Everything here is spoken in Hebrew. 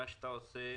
כפי שאתה עושה,